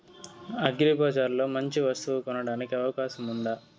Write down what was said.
అగ్రిబజార్ లో మంచి వస్తువు కొనడానికి అవకాశం వుందా?